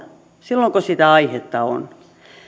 silloin kun sitä aihetta on